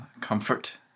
comfort